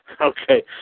Okay